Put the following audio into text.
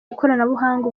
ikoranabuhanga